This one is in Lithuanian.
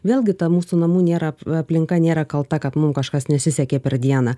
vėlgi ta mūsų namų nėra aplinka nėra kalta kad mum kažkas nesisekė per dieną